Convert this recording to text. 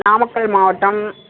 நாமக்கல் மாவட்டம்